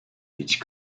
each